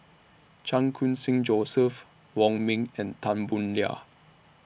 Chan Khun Sing Joseph Wong Ming and Tan Boo Liat